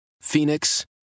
Phoenix